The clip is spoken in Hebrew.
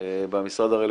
במשרד הרלוונטי.